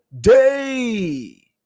day